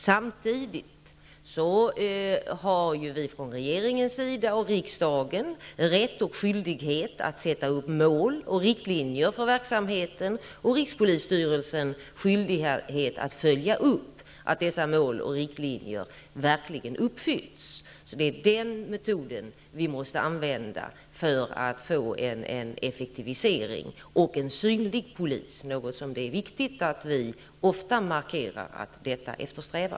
Samtidigt har regeringen och riksdagen rätt och skyldighet att sätta upp mål och riktlinjer för verksamheten, och rikspolisstyrelsen har skyldighet att följa upp efterlevnaden av dessa mål och riktlinjer. Det är den metoden som måste användas för att få till stånd en effektivisering och en synlig polis. Det är viktigt att vi ofta markerar att detta är något vi eftersträvar.